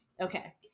Okay